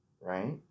right